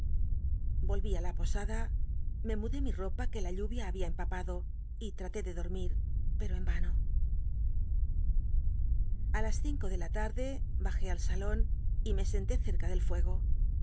it la posada me mudé mi ropa que la lluvia babia empapado y traté de dormir pero en vano a las cinco de la tarde bajé al salon y me senté ccrca del fuego